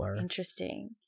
Interesting